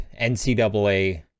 NCAA